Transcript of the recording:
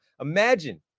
Imagine